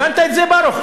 הבנת את זה, ברוך?